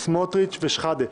סמוטריץ' ושחאדה.